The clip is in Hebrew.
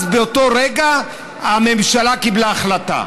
אז באותו רגע הממשלה קיבלה החלטה.